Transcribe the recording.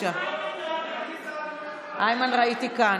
את איימן ראיתי כאן.